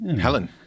Helen